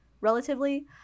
relatively